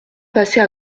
passer